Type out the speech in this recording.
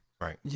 Right